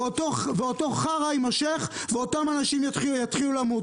ואותו חרא יימשך ואנשים ימשיכו למות.